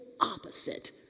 opposite